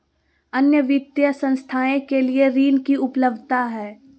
अन्य वित्तीय संस्थाएं के लिए ऋण की उपलब्धता है?